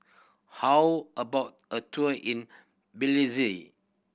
how about a tour in Belize